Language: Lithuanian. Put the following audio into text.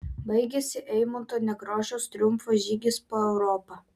baigėsi eimunto nekrošiaus triumfo žygis po europą